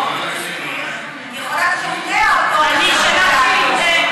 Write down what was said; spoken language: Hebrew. היא יכולה לשכנע אותו לשנות את דעתו.